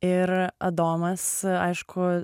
ir adomas aišku